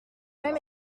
même